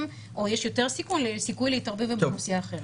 או יש יותר סיכוי להתערבב עם אוכלוסייה אחרת.